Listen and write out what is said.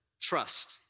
trust